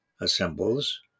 assembles